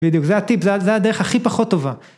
בדיוק זה הטיפ, זה הדרך הכי פחות טובה.